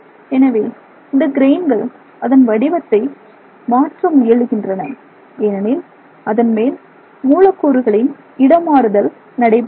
எனவே இந்தக் கிரெயின்கள் அதன் வடிவத்தை மாற்ற முயலுகின்றன ஏனெனில் அதன்மேல் மூலக்கூறுகளின் இடமாறுதல் நடைபெறுகிறது